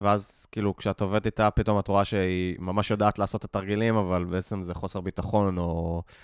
ואז כאילו כשאת עובדת איתה, פתאום את רואה שהיא ממש יודעת לעשות את התרגילים, אבל בעצם זה חוסר ביטחון או...